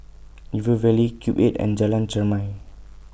River Valley Cube eight and Jalan Chermai